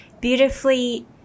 beautifully